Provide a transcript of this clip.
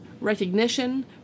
recognition